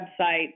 website